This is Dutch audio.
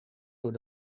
door